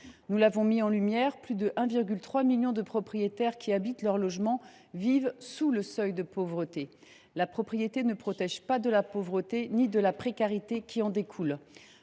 Nous avons mis en lumière que plus de 1,3 million de propriétaires qui habitent leur logement vivent sous le seuil de pauvreté. La propriété ne protège pas de la pauvreté ni de la précarité qui en découle.